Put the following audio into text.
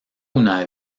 una